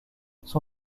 son